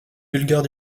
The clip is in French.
bulgare